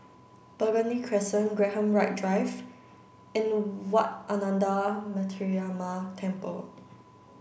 Burgundy Crescent Graham White Drive and Wat Ananda Metyarama Temple